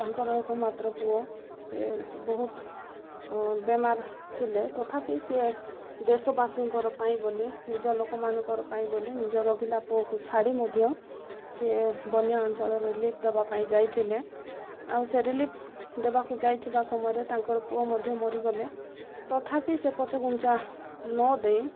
ତାଙ୍କର ଏକ ମାତ୍ର ପୁଅ ସିଏ ବହୁତ ବେମାର ଥିଲେ ତଥାପି ସିଏ ଦେଶବାସୀଙ୍କର ପାଇଁ ବୋଲି ନିଜ ଲୋକମାନଙ୍କର ପାଇଁ ବୋଲି ନିଜ ରୋଗିଲା ପୁଅକୁ ଛାଡ଼ି ମଧ୍ୟ ସିଏ ବନ୍ୟା ଅଞ୍ଚଳରେ ରିଲିଫ୍ ଦବା ପାଇଁ ଯାଇଥିଲେ ଆଉ ସେ ରିଲିଫ୍ ଦେବାକୁ ଯାଇଥିବା ସମୟରେ ତାଙ୍କର ପୁଅ ମଧ୍ୟ ମରିଗଲେ ତଥାପି ସେ ପଛ ଘୁଞ୍ଚା ନ ଦେଇ